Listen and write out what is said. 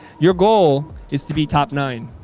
your goal is to be top nine.